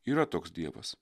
yra toks dievas